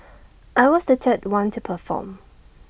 I was the third one to perform